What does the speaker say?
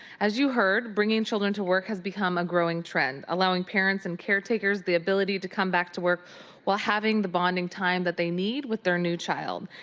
as you heard, bringing children to work has become a growing trend allowing parents and caretakers the ability to come back to work while having the bonding time that they need with their new child.